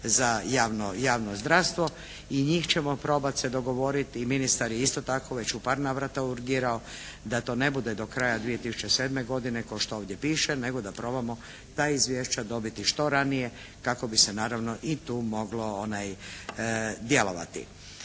za javno zdravstvo i njih ćemo probati se dogovoriti i ministar je isto tako već u par navrata urgirao da to ne bude do kraja 2007. godine ko što ovdje piše nego da probamo ta izvješća dobiti što ranije kako bi se ranije i tu moglo djelovati.